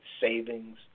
savings